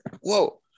Whoa